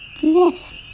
yes